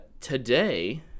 today